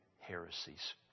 heresies